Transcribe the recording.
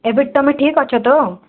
ଏବେ ତୁମେ ଠିକ୍ ଅଛ ତ